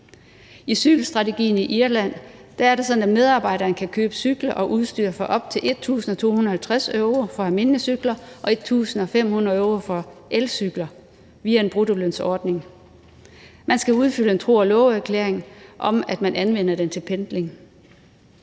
I cykelstrategien i Irland er det sådan, at medarbejderne kan købe cykler og udstyr for op til 1.250 euro for almindelige cykler og 1.500 euro for elcykler via en bruttolønsordning. Man skal udfylde en tro og love-erklæring om, at man anvender den til pendling.